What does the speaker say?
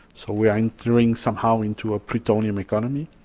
so we are entering somehow into a plutonium economy.